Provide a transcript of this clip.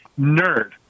nerd